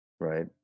Right